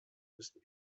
müssen